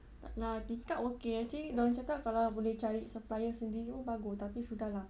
tak lah tingkap okay actually dia orang cakap kalau boleh cari supplier sendiri pun bagus tapi sudah lah